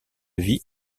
vie